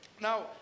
Now